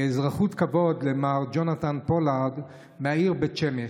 אזרחות כבוד למר ג'ונתן פולארד מהעיר בית שמש.